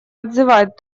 отзывать